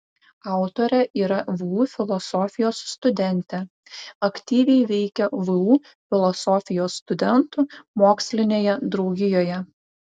autorė yra vu filosofijos studentė aktyviai veikia vu filosofijos studentų mokslinėje draugijoje